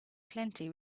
plenty